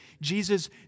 Jesus